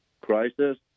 crisis